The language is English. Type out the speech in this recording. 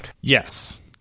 Yes